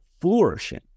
flourishing